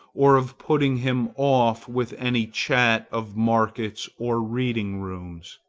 or of putting him off with any chat of markets or reading-rooms.